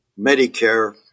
Medicare